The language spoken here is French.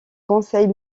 conseil